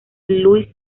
lluís